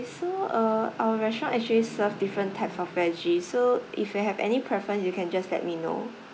so uh our restaurant actually serve different types of veggie so if you have any preference you can just let me know